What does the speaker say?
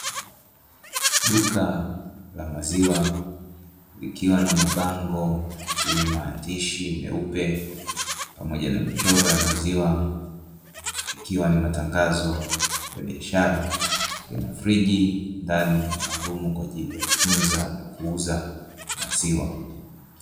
Duka la maziwa likiwa na mabango yenye maandishi meupe, pamoja na michoro ya maziwa; ikiwa ni matangazo ya biashara huku friji ndani maalumu kwa ajili ya kutunza na kuuza maziwa.